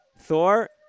Thor